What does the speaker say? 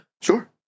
Sure